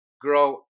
grow